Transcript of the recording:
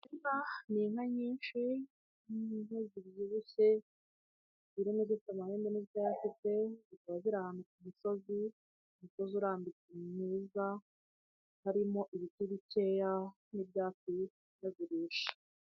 Inka, ni inka nyinshi zibyibushye zirimo izifite amahembe n'izitayafite, zikaba ziri ahantu ku musozi, umusozi urambitse mwiza, harimo ibiti bikeya n'ibyatsi byo zirisha.